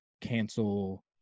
cancel